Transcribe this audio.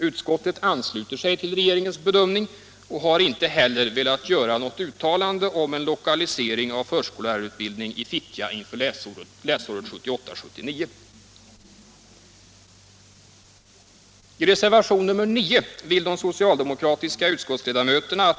Utskottet ansluter sig till regeringens bedömning och har inte heller velat göra något uttalande om en lokalisering av förskollärarutbildning i Fittja inför läsåret 1978/79.